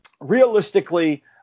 realistically